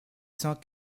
cent